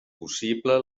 possible